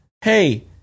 hey